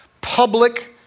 public